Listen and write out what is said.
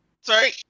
Sorry